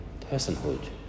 personhood